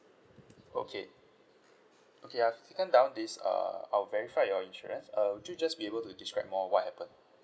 okay okay I've taken down this err I'll verify your insurance uh would you just be able to describe more what happened